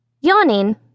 Yawning